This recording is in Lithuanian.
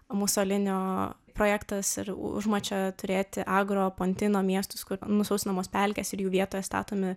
musolinio projektas ir užmačia turėti agro pontino miestus kur nusausinamos pelkės ir jų vietoje statomi